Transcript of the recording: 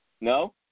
No